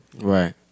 Right